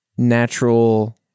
natural